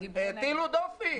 והטילו דופי.